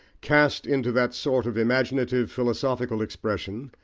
cast into that sort of imaginative philosophical expression,